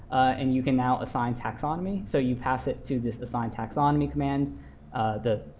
and you can now assign taxonomy. so you pass it to this assigntaxonomy command the